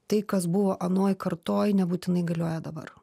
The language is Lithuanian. tai kas buvo anoj kartoj nebūtinai galioja dabar